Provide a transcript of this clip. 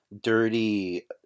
dirty